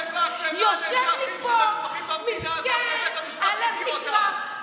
אני נאבק למען האזרחים שמותקפים במדינה הזאת ובית המשפט מדיר אותם.